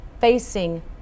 facing